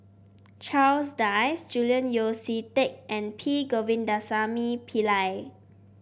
Charles Dyce Julian Yeo See Teck and P Govindasamy Pillai